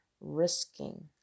risking